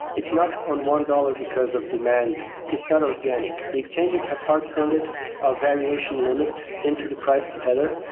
it's not on one dollars because of demand, it's not organic. the exchanges have hardcoded a variation limit into the price of tether,